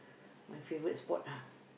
my favourite sport ah